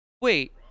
Wait